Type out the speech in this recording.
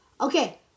Okay